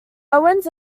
owens